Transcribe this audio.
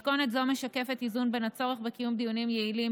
מתכונת זו משקפת איזון בין הצורך בקיום דיונים יעילים,